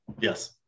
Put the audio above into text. Yes